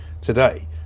today